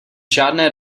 žádné